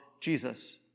Jesus